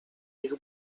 ich